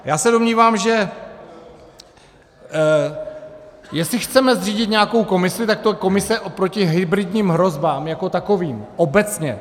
Já se domnívám, že jestli chceme zřídit nějakou komisi, tak komisi proti hybridním hrozbám jako takovým, obecně.